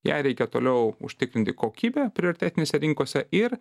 jai reikia toliau užtikrinti kokybę prioritetinėse rinkose ir